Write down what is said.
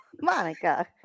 Monica